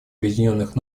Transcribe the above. объединенных